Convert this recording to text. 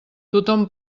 tothom